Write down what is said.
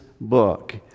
book